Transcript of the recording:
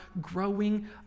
growing